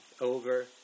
over